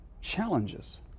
challenges